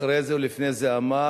אחרי זה או לפני זה אמר,